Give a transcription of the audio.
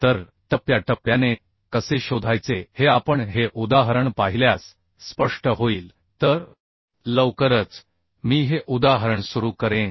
तर टप्प्याटप्प्याने कसे शोधायचे हे आपण हे उदाहरण पाहिल्यास स्पष्ट होईल तर लवकरच मी हे उदाहरण सुरू करेन